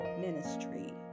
ministry